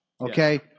Okay